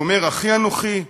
השומר אחי אנוכי?